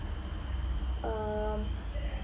um